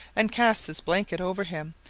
and casts his blanket over him,